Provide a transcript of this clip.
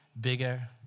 bigger